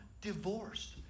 divorced